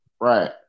Right